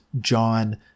John